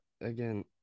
again